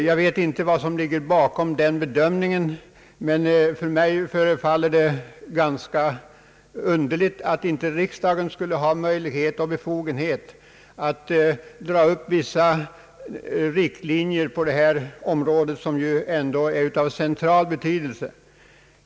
Jag vet inte vad som ligger bakom den bedömningen, men för mig förefaller det ganska underligt att riksdagen inte skulle ha möjlighet och befogenhet att dra upp vissa riktlinjer på detta område som ju är av central betydelse.